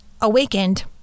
awakened